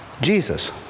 Jesus